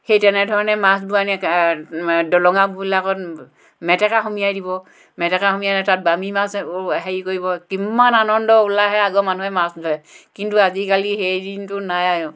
সেই তেনেধৰণে মাছবোৰ আনে দলঙতবিলাকত মেটেকা সুমিয়াই দিব মেটেকা সুমিয়াই তাত বামি মাছ হেৰি কৰিব কিমান আনন্দ উল্লাহেৰে আগৰ দিনৰ মানুহে মাছ ধৰে কিন্তু আজিকালি সেই দিনটো নাই